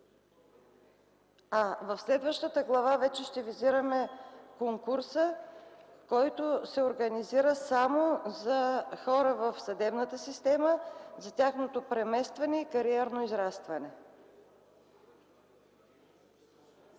В следващата глава ще визираме конкурса, който се организира само за хора в съдебната система, за тяхното преместване и кариерно израстване.